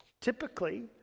typically